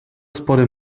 spory